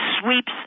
sweeps